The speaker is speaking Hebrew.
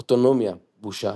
אוטונומיה-בושה,